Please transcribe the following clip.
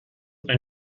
ein